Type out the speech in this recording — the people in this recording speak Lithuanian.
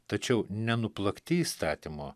tačiau nenuplakti įstatymo